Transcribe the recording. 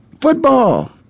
football